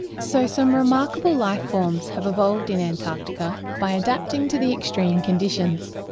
so some remarkable lifeforms have evolved in antarctica by adapting to the extreme conditions.